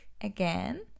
again